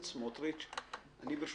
תודה